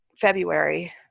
February